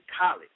college